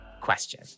question